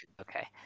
Okay